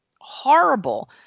horrible